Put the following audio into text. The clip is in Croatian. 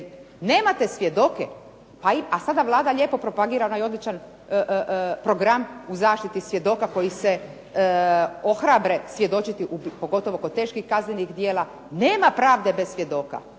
nemate svjedoke, a sada Vlada lijepo propagira onaj odličan program u zaštiti svjedoka koji se ohrabre svjedočiti, pogotovo kod teških kaznenih djela "nema pravde bez svjedoka",